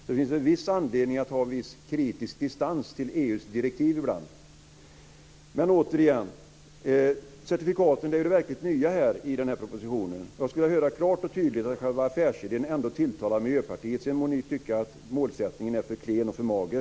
Det finns alltså anledning att ha lite kritisk distans till EU:s direktiv ibland. Certifikaten är det ju det verkligt nya i den här propositionen. Jag skulle vilja höra klart och tydligt att själva affärsidén ändå tilltalar Miljöpartiet. Sedan må ni tycka att målsättningen är för klen och för mager.